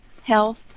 health